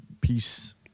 Peace